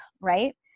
Right